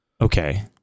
Okay